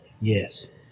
Yes